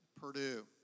Purdue